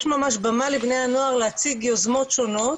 ממש במה לבני הנוער להציג יוזמות שונות